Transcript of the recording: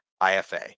I-F-A